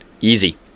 Easy